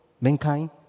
mankind